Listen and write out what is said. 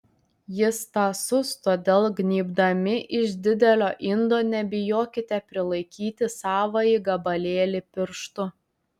jis tąsus todėl gnybdami iš didelio indo nebijokite prilaikyti savąjį gabalėlį pirštu